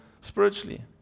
spiritually